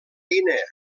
guinea